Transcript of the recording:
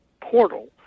portal